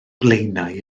blaenau